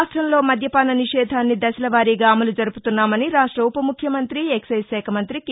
రాష్ట్రంలో మద్య పాన నిషేధాన్ని దశల వారీగా అమలు జరుపుతున్నామని రాష్ట్ర ఉప ముఖ్యమంత్రి ఎక్సైజ్ శాఖ మంత్రి కె